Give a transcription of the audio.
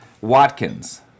Watkins